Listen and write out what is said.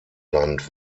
land